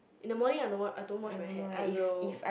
in the morning I no want I don't wash my hair I will